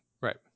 Right